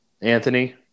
Anthony